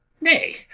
Nay